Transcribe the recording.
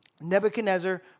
Nebuchadnezzar